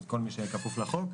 את כל מי שכפוף לחוק.